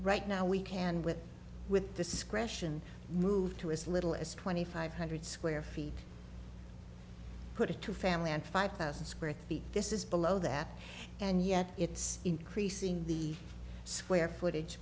right now we can with with discretion move to as little as twenty five hundred square feet put it to family and five thousand square feet this is below that and yet it's increasing the square footage